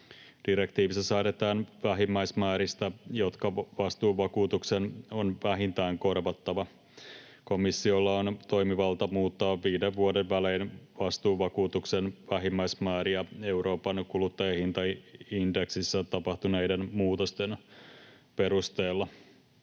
Direktiivissä säädetään vähimmäismääristä, jotka vastuuvakuutuksen on vähintään korvattava. Komissiolla on toimivalta muuttaa viiden vuoden välein vastuuvakuutuksen vähimmäismääriä Euroopan kuluttajahintaindeksissä tapahtuneiden muutosten perusteella.